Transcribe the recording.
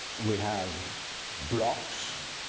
we have blocks.